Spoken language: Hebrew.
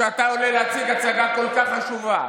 ואתה עולה להציג הצגה כל כך חשובה,